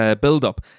build-up